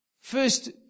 first